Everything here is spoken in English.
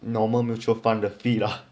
normal mutual fund the fee lah